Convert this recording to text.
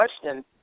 question